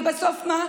ובסוף מה?